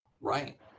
Right